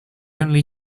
only